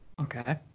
Okay